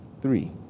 three